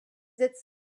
its